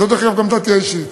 זאת, דרך אגב, גם דעתי האישית.